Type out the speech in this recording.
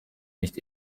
nicht